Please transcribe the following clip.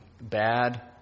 bad